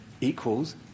equals